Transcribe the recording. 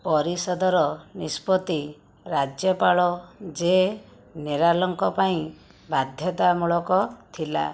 ପରିଷଦର ନିଷ୍ପତ୍ତି ରାଜ୍ୟପାଳ ଜେ ମିରାଲଙ୍କ ପାଇଁ ବାଧ୍ୟତାମୂଳକ ଥିଲା